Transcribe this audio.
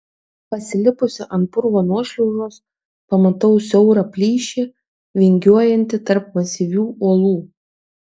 pasilipusi ant purvo nuošliaužos pamatau siaurą plyšį vingiuojantį tarp masyvių uolų